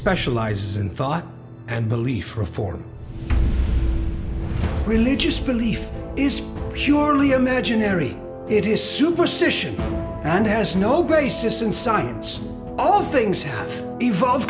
specializes in thought and belief reform religious belief is purely imaginary it is superstition and has no basis in science all things have evolved